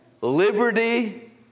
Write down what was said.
liberty